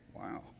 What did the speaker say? Wow